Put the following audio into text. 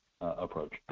approach